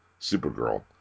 Supergirl